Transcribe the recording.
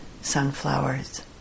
sunflowers